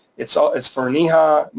it's ah it's for neha,